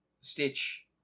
Stitch